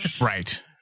Right